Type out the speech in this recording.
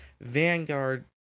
Vanguard